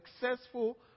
successful